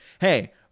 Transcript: hey